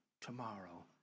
tomorrow